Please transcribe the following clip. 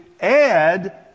add